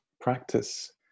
practice